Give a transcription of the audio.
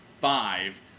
five